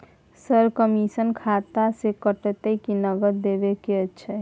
Sir, commission खाता से कटत कि नगद देबै के अएछ?